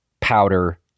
powder